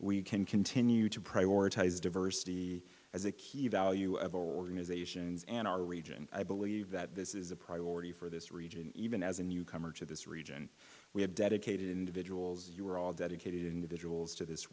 we can continue to prioritize diversity as a key value of organizations and our region i believe that this is a priority for this region even as a newcomer to this region we have dedicated individuals you are all dedicated individuals to this